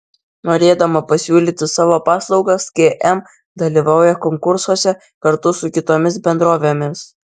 norėdama pasiūlyti savo paslaugas km dalyvauja konkursuose kartu su kitomis bendrovėmis